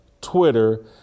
Twitter